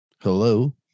Hello